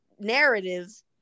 narratives